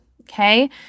Okay